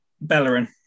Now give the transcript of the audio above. Bellerin